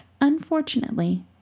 Unfortunately